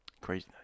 Crazy